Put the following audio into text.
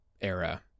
era